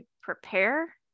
prepare